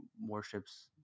worships